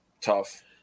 tough